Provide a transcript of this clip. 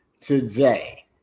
today